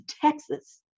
Texas